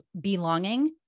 belonging